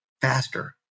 faster